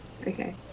Okay